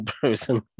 Personally